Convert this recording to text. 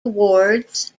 awards